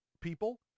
people